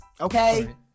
Okay